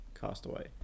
Castaway